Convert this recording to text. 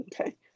Okay